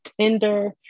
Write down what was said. tender